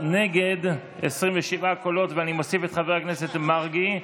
נגד, 27 קולות, ואני מוסיף את חבר הכנסת מרגי.